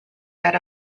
dead